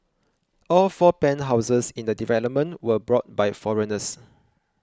all four penthouses in the development were bought by foreigners